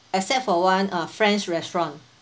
except for one uh french restaurant